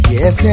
Yes